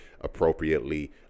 appropriately